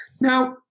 Now